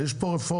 יש פה רפורמה.